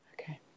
Okay